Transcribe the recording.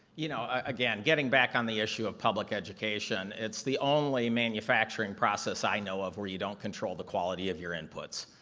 you know ah again, getting back to the issue of public education, it's the only manufacturing process i know of where you don't control the quality of your input.